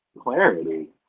clarity